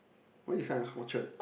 why you sign up at Orchard